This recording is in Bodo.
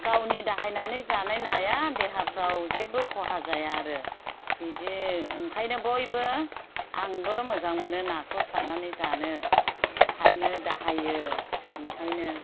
गावनि दाहायनानै जानाय नाया देहाफ्राव जेबो खहा जाया आरो बिदि ओंखायनो बयबो आंबो मोजां मोनो नाखौ सादनानै जानो सादनो दाहायो ओंखायनो